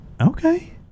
Okay